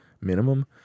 minimum